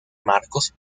marcos